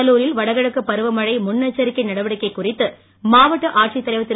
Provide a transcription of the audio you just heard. கடலூரில் வடகிழக்கு பருவமழை முன் எச்சரிக்கை நடவடிக்கை குறித்து மாவட்ட ஆட்சித் தலைவர் திரு